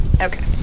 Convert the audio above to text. Okay